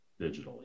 digitally